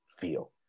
feel